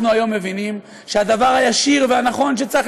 אנחנו היום מבינים שהדבר הישיר והנכון שצריך